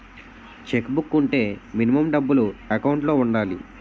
Check book వుంటే minimum డబ్బులు account లో ఉండాలి?